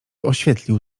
oświetlił